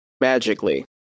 magically